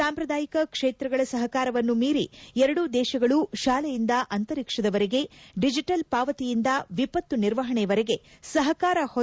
ಸಾಂಶ್ರದಾಯಿಕ ಕ್ಷೇತ್ರಗಳ ಸಹಕಾರವನ್ನು ಮೀರಿ ಎರಡು ದೇಶಗಳು ತಾಲೆಯಿಂದ ಅಂತರಿಕ್ಷದವರೆಗೆ ಡಿಜಿಟಲ್ ಪಾವತಿಯಿಂದ ವಿಪತ್ತು ನಿರ್ವಹಣೆವರೆಗೆ ಸಹಕಾರ ಹೊಂದಲು ಉತ್ತುಕವಾಗಿವೆ